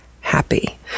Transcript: happy